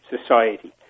society